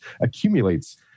accumulates